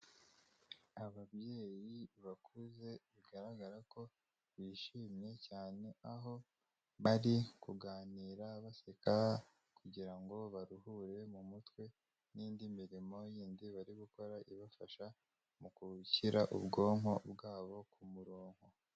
Ababyeyi bakuze bigaragara ko bishimye cyane, aho bari kuganira baseka kugira ngo baruhure mu mutwe n'indi mirimo yindi bari gukora ibafasha mu gushyira ubwonko bwabo ku murongo.